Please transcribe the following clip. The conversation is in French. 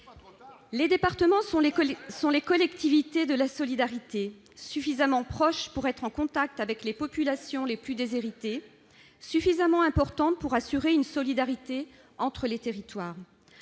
Les départements sont les collectivités de la solidarité, suffisamment proches pour être en contact avec les populations les plus déshéritées, suffisamment importantes pour assurer une solidarité entre les territoires.